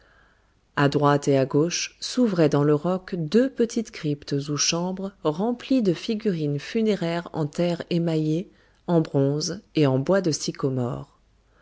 à droite et à gauche s'ouvraient dans le roc deux petites cryptes ou chambres remplies de figurines funéraires en terre émaillée en bronze et en bois de sycomore